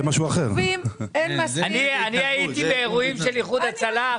אני הייתי באירועים של איחוד הצלה,